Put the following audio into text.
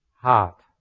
heart